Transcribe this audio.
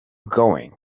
going